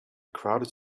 crowded